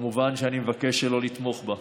מובן שאני מבקש לא לתמוך בה.